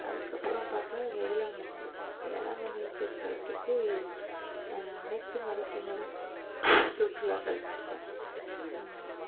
அதுக்கு அப்புறம் பார்த்தா வேளாங்கண்ணி வேளாங்கண்ணி திருத்தளத்துக்கு அனைத்து மதத்தினரும் சுற்றுலா செல்கிறாங்க